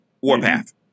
Warpath